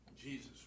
Jesus